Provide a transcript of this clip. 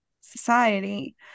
society